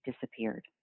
disappeared